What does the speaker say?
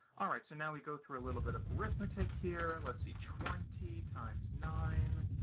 all right. so now, we go through a little bit of arithmetic here. let's see. twenty times nine